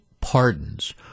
pardons